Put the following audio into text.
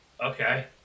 okay